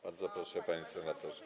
Bardzo proszę, panie senatorze.